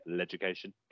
education